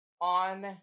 on